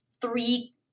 three